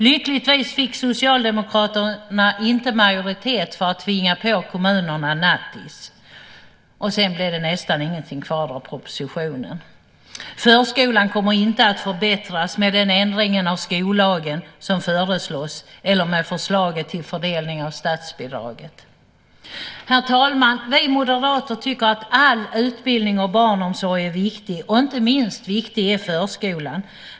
Lyckligtvis fick Socialdemokraterna inte majoritet för att tvinga på kommunerna "nattis". Sedan blev det nästan ingenting kvar av propositionen. Förskolan kommer inte att förbättras med den ändring av skollagen som föreslås eller med förslaget till fördelning av statsbidraget. Herr talman! Vi moderater tycker att all utbildning och barnomsorg är viktig, och inte minst viktig är förskolan.